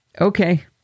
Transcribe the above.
Okay